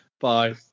Bye